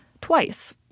twice